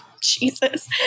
Jesus